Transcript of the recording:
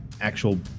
actual